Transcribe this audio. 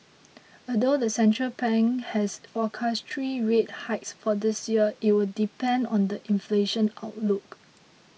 although the central bank has forecast three rate hikes for this year it will depend on the inflation outlook